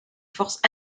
forces